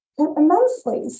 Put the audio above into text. immensely